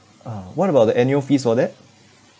ah what about the annual fees for that